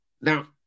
Now